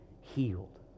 healed